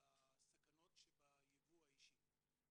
לסכנות שביבוא האישי.